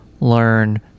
learn